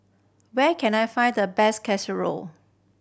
where can I find the best